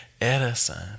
Edison